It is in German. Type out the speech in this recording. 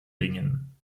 bingen